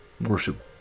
worship